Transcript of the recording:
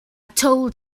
told